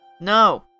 No